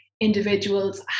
individuals